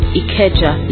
ikeja